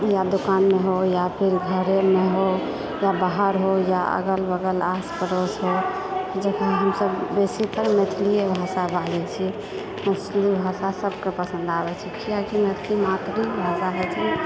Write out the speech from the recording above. या दोकानमे हो या फिर घरेमे हो या बाहर हो या अगल बगल आस पड़ोस हो जतऽ हमसभ बेसीतर मैथलिए भाषा बाजै छी मैथिली भाषा सभके पसन्द आबैत छै किआकि मैथिली मातृ भाषा होइत छै